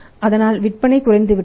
ஆனால் விற்பனை குறைந்துவிட்டது